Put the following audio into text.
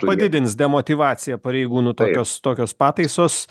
padidins demotyvaciją pareigūnų tokios tokios pataisos